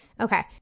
okay